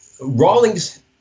Rawlings